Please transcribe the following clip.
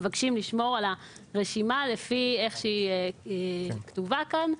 לשמור על הרשימה לפי איך שהיא כתובה כאן.